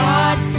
God